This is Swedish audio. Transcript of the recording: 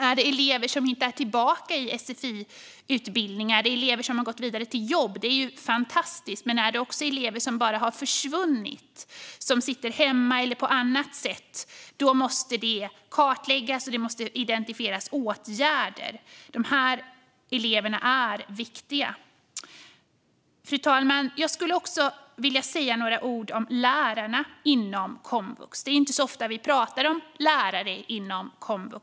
Är det elever som hittar tillbaka till sfi-utbildningar? Är det elever som har gått vidare till jobb? Det vore fantastiskt. Men är det också elever som bara har försvunnit, som kanske sitter hemma, måste det kartläggas, och åtgärder måste identifieras. Dessa elever är viktiga. Fru talman! Jag skulle också vilja säga några ord om lärarna inom komvux. Vi talar inte ofta om komvuxlärare.